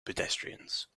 pedestrians